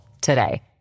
today